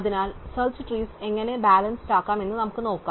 അതിനാൽ search trees എങ്ങനെ balanced ആക്കാം എന്ന് നമുക്ക് നോക്കാം